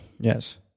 Yes